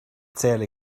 zähle